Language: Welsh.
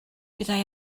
byddai